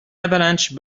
avalanche